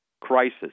crisis